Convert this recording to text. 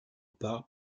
part